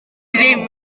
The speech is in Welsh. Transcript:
ddim